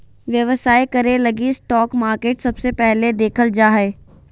व्यवसाय करे लगी स्टाक मार्केट सबसे पहले देखल जा हय